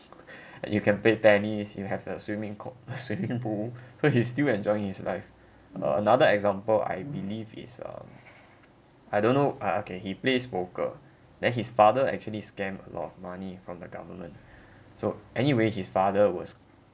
and you can play tennis you have a swimming co~ swimming pool so he's still enjoying his life uh another example I believe it's um I don't know ah okay he plays poker then his father actually scammed a lot of money from the government so anyway his father was